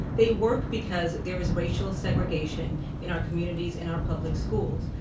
they work because there is racial segregation in our communities in our public schools.